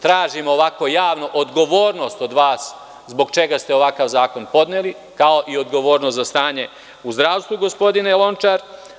Tražim ovako javno odgovornost od vas - zbog čega ste ovakav zakon podneli, kao i odgovornost za stanje u zdravstvu, gospodine Lončar.